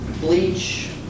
bleach